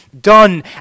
done